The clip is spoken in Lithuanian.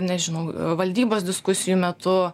nežinau valdybos diskusijų metu